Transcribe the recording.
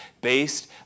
based